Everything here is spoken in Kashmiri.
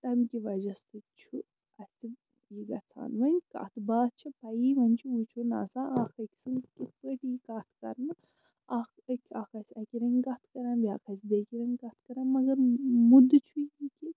تَمہِ کہِ وجہ سۭتۍ چھُ اَسہِ یہِ گژھان وۄنۍ کَتھ باتھ چھے پَیی وۄنۍ چھُ وُچھُن آسان اَکھ أکۍ سٕنٛز کِتھٕ پٲٹھۍ یِیہِ کَتھ کَرنہٕ اَکھ أکۍ اَکھ آسہِ اَکہِ رٔنٛگۍ کَتھ کران بیٛاکھ آسہِ بیٚیہِ رٔنٛگۍ کَتھ کران مگر مُدٕ چھُ یہِ کہِ